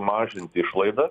mažinti išlaidas